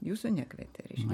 jūsų nekvietė reiškia